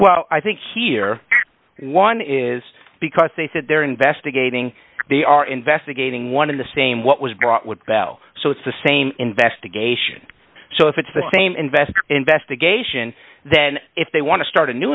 well i think here one is because they said they're investigating they are investigating one of the same what was brought with bell so it's the same investigation so if it's the same invest investigation then if they want to start a new